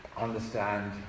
understand